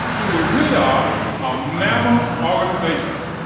who they really are are mammoth organizations,